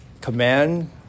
command